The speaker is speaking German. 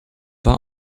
war